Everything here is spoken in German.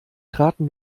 traten